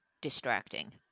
distracting